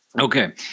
Okay